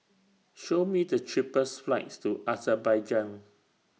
Show Me The cheapest flights to Azerbaijan